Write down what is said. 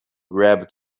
grabbed